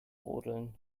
rodeln